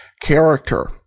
character